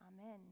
Amen